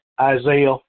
Isaiah